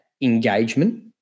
engagement